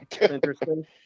interesting